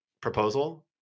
proposal